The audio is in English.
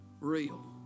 real